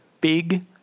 big